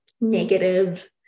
negative